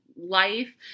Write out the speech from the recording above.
life